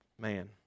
Man